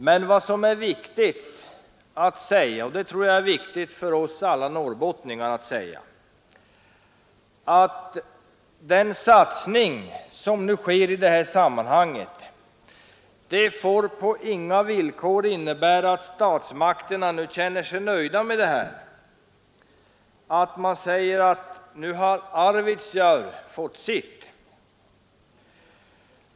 Men vad som är viktigt för oss norrbottningar att säga i sammanhanget är ju att den satsning som nu sker under inga villkor får innebära att statsmakterna nu känner sig nöjda och menar att Arvidsjaur nu har fått sitt.